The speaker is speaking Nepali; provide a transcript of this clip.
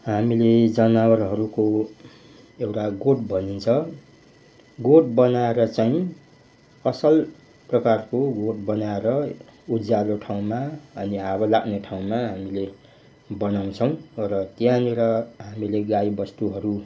हामीले जनावरहरूको एउटा गोठ भनिन्छ गोठ बनाएर चाहिँ असल प्रकारको गोठ बनाएर उज्यालो ठाउँमा अनि हावा लाग्ने ठाउँमा हामीले बनाउँछौँ र त्यहाँनिर हामीले गाईबस्तुहरू